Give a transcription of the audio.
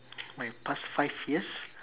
my past five years